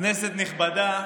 כנסת נכבדה,